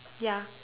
ya